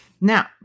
now